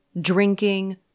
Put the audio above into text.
drinking